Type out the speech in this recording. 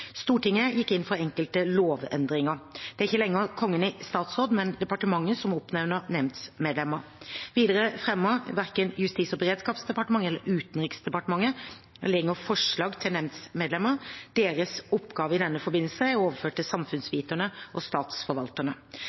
Stortinget gikk inn for enkelte lovendringer. Det er ikke lenger Kongen i statsråd, men departementet som oppnevner nemndmedlemmer. Videre fremmer verken Justis- og beredskapsdepartementet eller Utenriksdepartementet lenger forslag til nemndmedlemmer. Deres oppgave i denne forbindelse er overført til Samfunnsviterne og statsforvalterne.